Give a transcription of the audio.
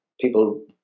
People